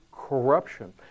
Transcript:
corruption